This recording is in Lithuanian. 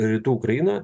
rytų ukrainoje